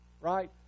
Right